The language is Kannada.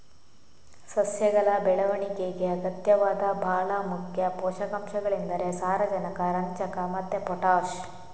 ಸಸ್ಯಗಳ ಬೆಳವಣಿಗೆಗೆ ಅಗತ್ಯವಾದ ಭಾಳ ಮುಖ್ಯ ಪೋಷಕಾಂಶಗಳೆಂದರೆ ಸಾರಜನಕ, ರಂಜಕ ಮತ್ತೆ ಪೊಟಾಷ್